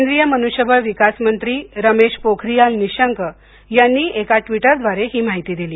केंद्रीय मनुष्यबळ विका मंत्री रमेश पोखरियाल निशंक यांनी एका ट्विटद्वारे ही माहिती दिली